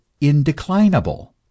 indeclinable